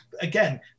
again